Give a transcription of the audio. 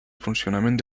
funcionament